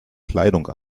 kleidung